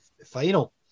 final